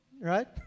Right